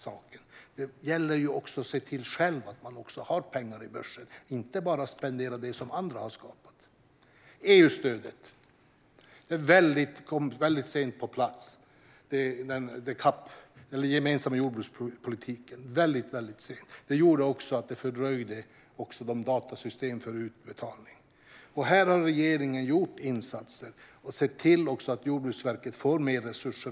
Men det gäller ju att själv se till att man har pengar i börsen och inte bara spendera det som andra har skapat. Den gemensamma jordbrukspolitiken, CAP, kom väldigt sent på plats. Detta fördröjde också datasystemen för utbetalning av EU-stödet. Här har regeringen gjort insatser och sett till att Jordbruksverket får mer resurser.